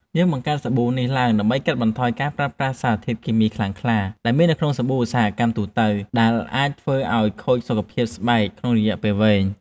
យើងបង្កើតសាប៊ូនេះឡើងដើម្បីកាត់បន្ថយការប្រើប្រាស់សារធាតុគីមីខ្លាំងក្លាដែលមាននៅក្នុងសាប៊ូឧស្សាហកម្មទូទៅ ដែលអាចធ្វើឱ្យខូចសុខភាពស្បែកក្នុងរយៈពេលវែង។